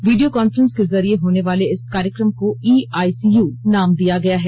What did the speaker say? video conference के जरिये होने वाले इस कार्यक्रम को ई आईसीयू नाम दिया गया है